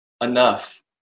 enough